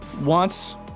wants